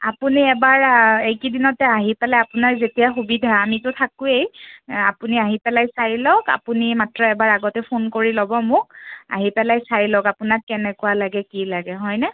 আপুনি এবাৰ এইকেইদিনতে আহি পেলাই আপোনাৰ যেতিয়া সুবিধা আমিতো থাকোঁৱেই আপুনি আহি পেলাই চাই লওক আপুনি মাত্ৰ এবাৰ আগতে ফোন কৰি ল'ব মোক আহি পেলাই চাই লওক আপোনাক কেনেকুৱা লাগে কি লাগে হয়নে